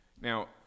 Now